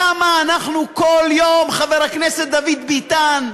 כמה אנחנו כל יום, חבר הכנסת דוד ביטן,